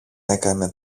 έκανε